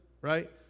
right